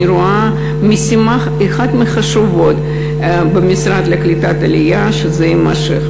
אני רואה כאחת המשימות החשובות של משרד הקליטה שזה יימשך.